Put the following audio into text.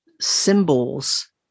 symbols